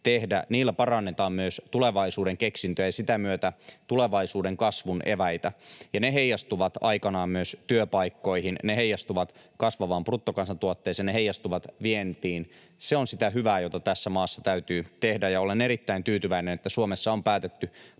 tehdä, parannetaan myös tulevaisuuden keksintöjä ja sitä myötä tulevaisuuden kasvun eväitä. Ne heijastuvat aikanaan myös työpaikkoihin, ne heijastuvat kasvavaan bruttokansantuotteeseen, ne heijastuvat vientiin. Se on sitä hyvää, jota tässä maassa täytyy tehdä, ja olen erittäin tyytyväinen, että Suomessa on päätetty